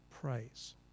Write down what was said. praise